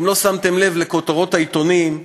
אם לא שמתם לב לכותרות העיתונים,